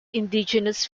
indigenous